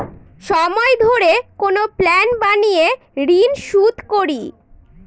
সময় ধরে কোনো প্ল্যান বানিয়ে ঋন শুধ করি